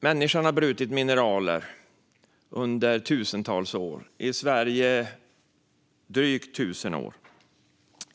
Människan har brutit mineral under tusentals år - i Sverige i drygt 1 000 år.